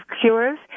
Cures